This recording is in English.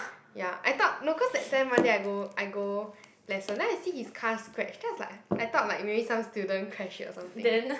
ya I thought no cause that time one day I go I go lesson then I see his car scratch then I was like I thought like maybe some student crash it or something